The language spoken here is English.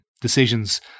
decisions